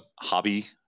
hobby